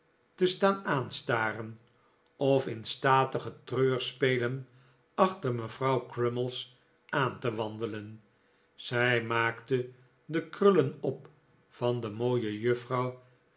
te staan aanstaren of in statige treurspelen achter mevrouw crummies aan te wandelen zij maakte de krullen op van de mooie